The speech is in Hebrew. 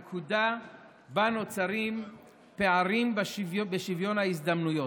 הנקודה שבה נוצרים פערים בשוויון ההזדמנויות.